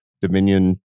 dominion